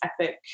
epic